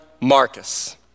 Marcus